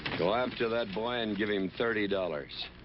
go after that boy and give him thirty dollars.